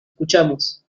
escuchamos